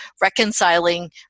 reconciling